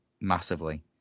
massively